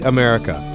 America